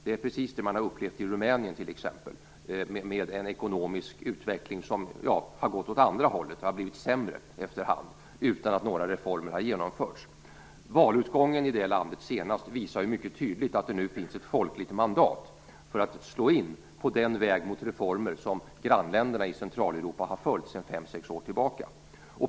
Det är precis det man har upplevt i t.ex. Rumänien, med en ekonomisk utveckling som har gått åt andra hållet, där det har blivit sämre efterhand utan att några reformer har genomförts. Valutgången senast i det landet visar mycket tydligt att det nu finns ett folkligt mandat för att slå in på den väg mot reformer som grannländerna i Centraleuropa har följt sedan fem sex år tillbaka.